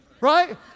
right